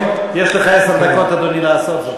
יש לך עשר דקות, אדוני, לעשות זאת.